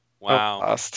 Wow